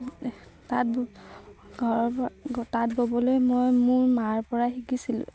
তাঁত ঘৰৰপৰা তাঁত ববলৈ মই মোৰ মাৰপৰাই শিকিছিলোঁ